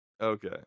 Okay